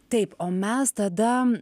taip o mes tada